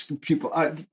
people